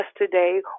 yesterday